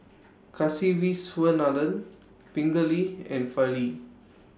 Kasiviswanathan Pingali and Fali